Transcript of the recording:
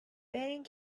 برین